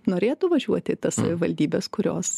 norėtų važiuoti tas savivaldybes kurios